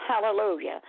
Hallelujah